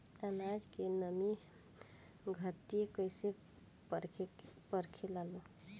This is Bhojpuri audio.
आनाज के नमी घरयीत कैसे परखे लालो?